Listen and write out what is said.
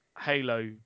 Halo